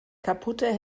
kaputte